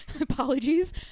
apologies